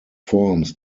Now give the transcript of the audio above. forms